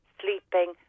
sleeping